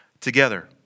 together